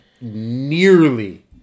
nearly